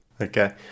Okay